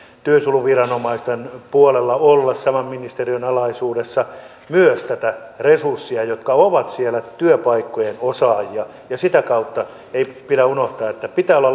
työsuojeluviranomaisten puolella olla saman ministeriön alaisuudessa myös näitä resursseja jotka ovat siellä työpaikkojen osaajia sitä kautta ei pidä unohtaa että pitää olla